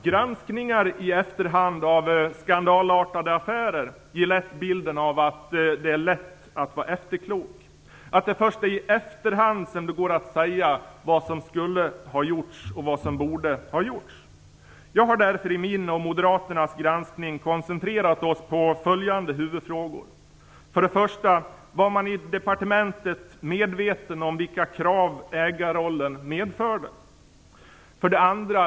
Granskningar i efterhand av skandalartade affärer ger lätt bilden av att det är lätt att vara efterklok och att det först är i efterhand som det går att säga vad som skulle och borde ha gjorts. Jag har därför i min och moderaternas granskning koncentrerat mig på följande huvudfrågor. 1. Var man i departementet medveten om vilka krav ägarrollen medförde? 2.